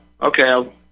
okay